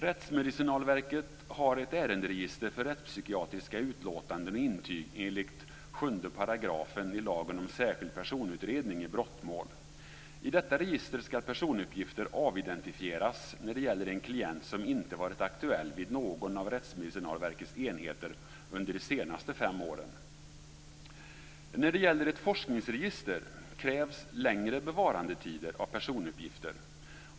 Rättsmedicinalverket har ett ärenderegister för rättspsykiatriska utlåtanden och intyg enligt 7 § lagen om särskild personutredning i brottmål. I detta register skall personuppgifter avidentifieras när det gäller en klient som inte har varit aktuell vid någon av Rättsmedicinalverkets enheter under de senaste fem åren. När det gäller ett forskningsregister krävs längre bevarandetider av personuppgifter.